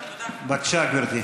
בבקשה, גברתי.